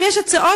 אם יש הצעות,